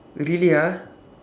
really ah